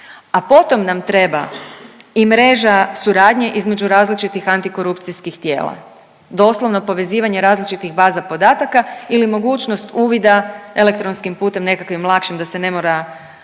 a potom nam treba i mreža suradnje između različitih antikorupcijskih tijela, doslovno povezivanje različitih baza podataka ili mogućnost uvida elektronskim putem, nekakvim lakšim da se ne mora